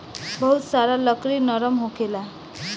बहुत सारा लकड़ी नरम होखेला